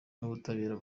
n’ubutabera